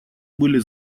были